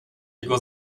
jego